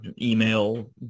email